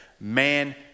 man